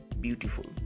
beautiful